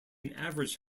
average